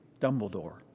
Dumbledore